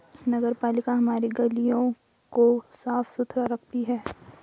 नगरपालिका हमारी गलियों को साफ़ सुथरा रखती है